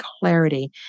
clarity